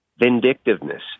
Vindictiveness